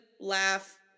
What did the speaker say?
laugh